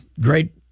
great